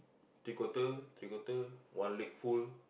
three quarter three quarter one leg full